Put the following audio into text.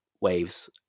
waves